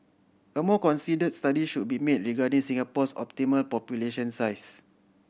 a more considered study should be made regarding Singapore's optimal population size